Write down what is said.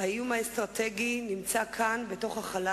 מסתכל עוד פעם ואומר